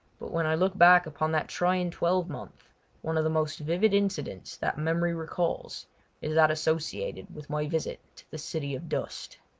but when i look back upon that trying twelvemonth one of the most vivid incidents that memory recalls is that associated with my visit to the city of dust.